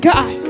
God